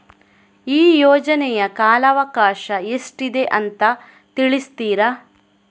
ಈ ಯೋಜನೆಯ ಕಾಲವಕಾಶ ಎಷ್ಟಿದೆ ಅಂತ ತಿಳಿಸ್ತೀರಾ?